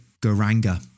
Garanga